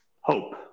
Hope